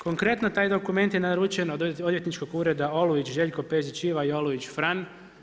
Konkretno taj dokument je naručen od odvjetničkog ureda Olujić Željko, Pezić Iva i Olujić Fran.